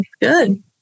good